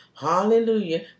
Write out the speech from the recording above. Hallelujah